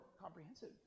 comprehensive